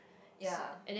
ya